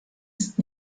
ist